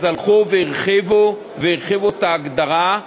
הלכו והרחיבו את ההגדרה,